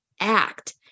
act